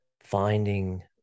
finding